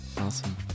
Awesome